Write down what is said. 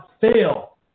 fail